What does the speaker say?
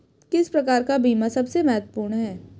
किस प्रकार का बीमा सबसे महत्वपूर्ण है?